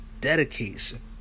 dedication